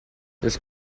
this